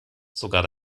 sogar